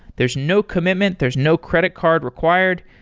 there's no commitment. there's no credit card required.